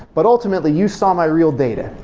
but ultimately, you saw my real data.